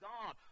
God